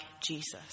Jesus